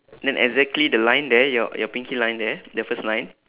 then exactly the line there your your pinky line there the first line